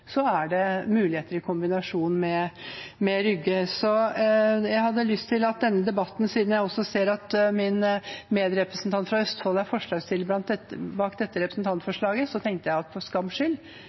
er det muligheter i kombinasjon med Rygge. Jeg tenkte, siden jeg også ser at min medrepresentant fra Østfold er forslagsstiller bak dette representantforslaget,